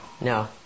no